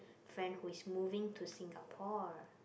friend who is moving to Singapore